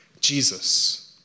Jesus